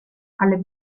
alle